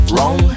Wrong